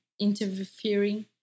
interfering